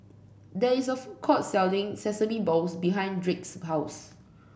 there is a food court selling Sesame Balls behind Drake's house